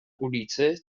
ulicy